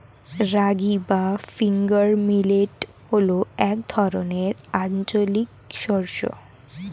রাগী বা finger millet হল এক ধরনের আঞ্চলিক শস্য